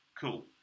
cool